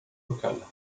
locales